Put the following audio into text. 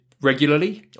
regularly